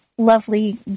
Lovely